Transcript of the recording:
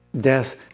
death